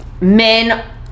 men